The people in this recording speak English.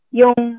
yung